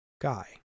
guy